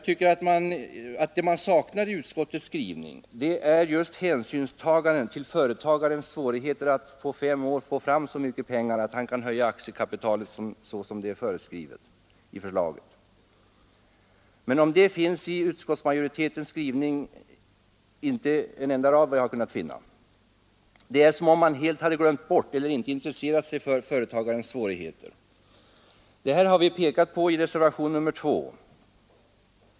Vad man saknar i utskottets skrivning är just hänsynstagande till företagarens svårigheter att på fem år få fram så mycket pengar att han kan höja sitt aktiekapital så som det är föreskrivet i förslaget. Men om detta finns i utskottsmajoritetens skrivning inte en enda rad. Det är som om man helt hade glömt bort eller inte intresserat sig för företagarens svårigheter. I reservationen 2 har vi pekat på dessa svårigheter.